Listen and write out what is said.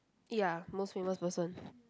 ya most famous person